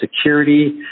security